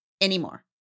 anymore